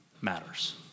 matters